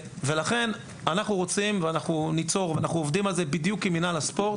אנחנו רוצים ליצור עוד מעמד ואנחנו עובדים על זה עם מינהל הספורט.